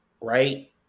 right